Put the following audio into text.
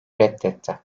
reddetti